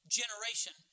generation